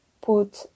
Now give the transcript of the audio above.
put